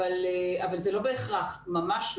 אבל זה לא בהכרח, ממש לא.